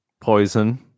poison